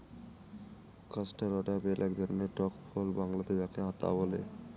custard apple এক ধরনের টক ফল বাংলাতে যাকে আঁতা বলে